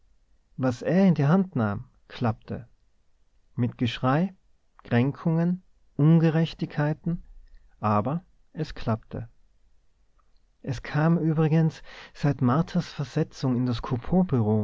was er in die hand nahm klappte mit geschrei kränkungen ungerechtigkeiten aber es klappte es kam übrigens seit marthas versetzung in das